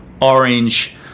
orange